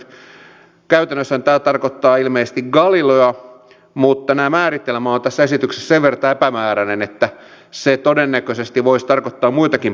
käytännössähän tämä tarkoittaa ilmeisesti galileoa mutta tämä määritelmä on tässä esityksessä sen verran epämääräinen että se todennäköisesti voisi tarkoittaa muitakin palveluita